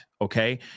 Okay